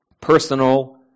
personal